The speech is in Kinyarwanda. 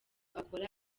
akora